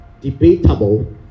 debatable